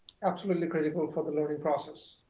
absolutely critical for the learning process.